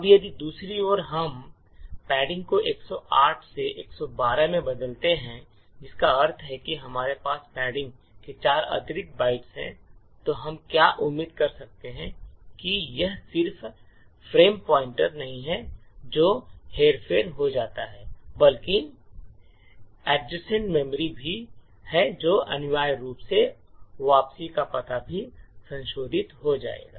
अब यदि दूसरी ओर हम पैडिंग को 108 से 112 में बदलते हैं जिसका अर्थ है कि हमारे पास पैडिंग के चार अतिरिक्त बाइट्स हैं तो हम क्या उम्मीद कर सकते हैं कि यह सिर्फ फ्रेम पॉइंटर नहीं है जो हेरफेर हो जाता है बल्कि एडजासेंट मेमोरी भी है जो अनिवार्य रूप से है वापसी का पता भी संशोधित हो जाएगा